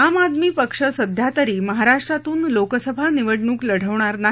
आम आदमी पक्ष सध्या तरी महाराष्ट्रातून लोकसभा निवडणुक लढवणार नाही